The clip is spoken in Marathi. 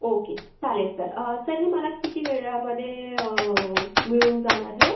ओके चालेल सर सर हे मला किती वेळामध्ये मिळून जाणार हे